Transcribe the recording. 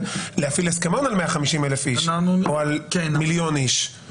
להפעיל הסכמון על 150,000 איש או על מיליון איש,